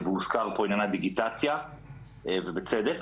והוזכר פה עניין הדיגיטציה, ובצדק.